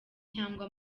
cyangwa